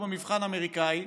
כמו מבחן אמריקאי.